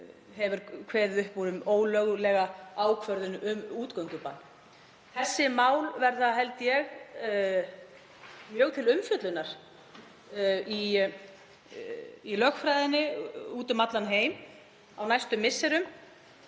hefur kveðið upp úr um ólöglega ákvörðun um útgöngubann. Þessi mál verða, held ég, mjög til umfjöllunar í lögfræðinni úti um allan heim á næstu misserum.